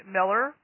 Miller